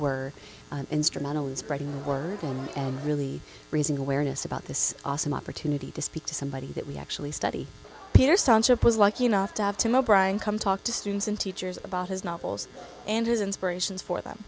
were instrumental in spreading the word going and really raising awareness about this awesome opportunity to speak to somebody that we actually study peter sonship was lucky enough to have to mow brian come talk to students and teachers about his novels and his inspirations for them